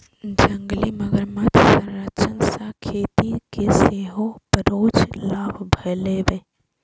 जंगली मगरमच्छ संरक्षण सं खेती कें सेहो परोक्ष लाभ भेलैए